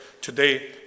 today